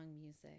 music